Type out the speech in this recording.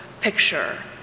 picture